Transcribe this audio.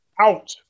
out